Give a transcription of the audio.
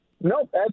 Nope